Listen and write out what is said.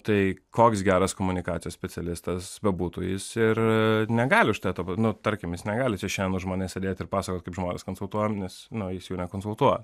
tai koks geras komunikacijos specialistas bebūtų jis ir negali už tave to nu tarkim jis negali šiandien už manęs sėdėti ir pasakot kaip žmones konsultuojam nes nu jis jų konsultuoja